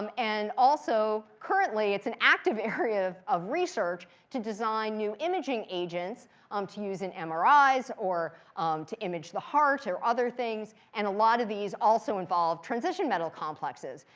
um and also, currently, it's an active area of of research to design new imaging agents um to use in mris, or to image the heart, or other things. and a lot of these also involve transition metal complexes.